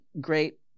great